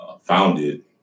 founded